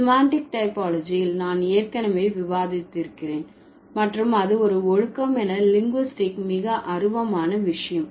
semantic டைபாலஜியில் நான் ஏற்கனவே விவாதித்திருக்கிறேன் மற்றும் அது ஒரு ஒழுக்கம் என லிங்குஸ்டிக் மிக அருவமான விஷயம்